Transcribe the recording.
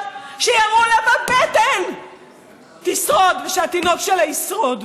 שירו לה בבטן תשרוד ושהתינוק שלה ישרוד.